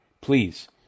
please